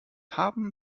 haben